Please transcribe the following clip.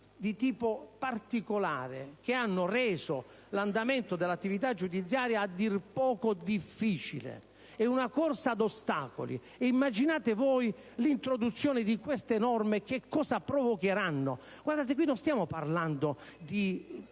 di tipo particolare che hanno reso l'andamento dell'attività giudiziaria a dir poco difficile, una corsa ad ostacoli. Immaginate voi l'introduzione di queste norme che cosa provocherà. Non stiamo parlando di